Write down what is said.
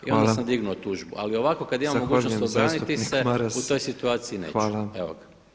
I onda sam dignuo tužbu, ali ovako kad imam mogućnost obraniti se u toj situaciji neću.